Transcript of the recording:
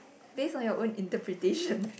based on your own interpretation